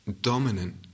dominant